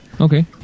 Okay